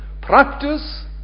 practice